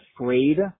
afraid